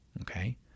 okay